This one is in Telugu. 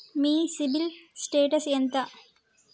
మీ సిబిల్ స్టేటస్ ఎంత?